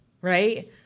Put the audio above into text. right